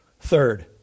Third